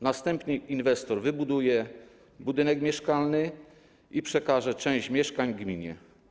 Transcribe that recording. Następnie inwestor wybuduje budynek mieszkalny i przekaże część mieszkań gminie.